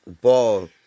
Ball